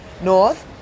North